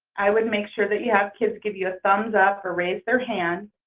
i would make sure that you have kids give you a thumbs up or raise their hand.